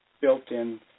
built-in